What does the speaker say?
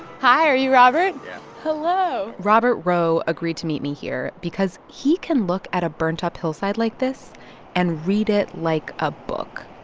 hi. are you robert? yeah hello robert rowe agreed to meet me here because he can look at a burnt up hillside like this and read it like a book.